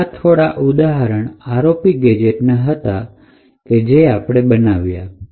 તો આ થોડા ઉદાહરણ ROP ગેજેટ ના હતા કે જે આપણે બનાવ્યા